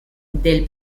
del